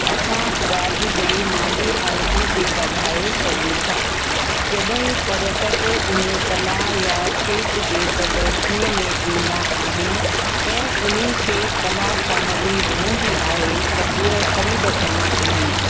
असां राज्य जे माली हालतुनि खे वधाए सघूं था जॾहिं पर्यटक उन कला या शिल्प जे प्रदर्शनीअ में ईंदा आहिनि ऐं उन्हनि खे कला सामग्री वणंदी आहे त उहे ख़रीद कंदा आहिनि